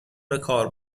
بهکار